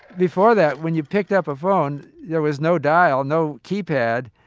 before that when you picked up a phone, there was no dial, no keypad.